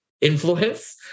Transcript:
influence